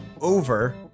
over